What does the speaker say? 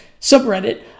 subreddit